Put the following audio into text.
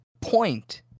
point